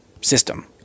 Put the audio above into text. system